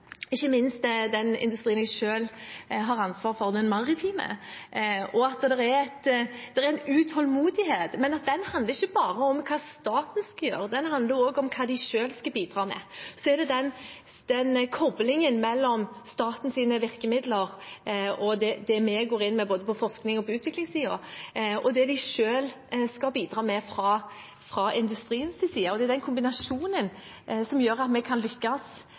en utålmodighet. Men den handler ikke bare om hva staten skal gjøre; den handler også om hva de selv skal bidra med. Så er det koblingen mellom statens virkemidler og det vi går inn med både på forskningssiden og på utviklingssiden, og det de selv skal bidra med fra industriens side. Det er den kombinasjonen som gjør at vi kan lykkes